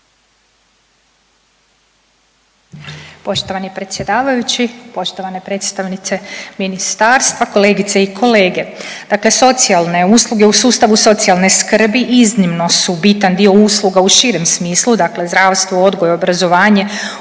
Poštovani predsjedavajući, poštovane predstavnice ministarstva, kolegice i kolege, dakle socijalne usluge u sustavu socijalne skrbi iznimno su bitan dio usluga u širem smislu dakle, zdravstvo, odgoj, obrazovanje,